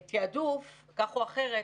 התעדוף כך או אחרת,